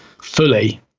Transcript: fully